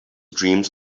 dreams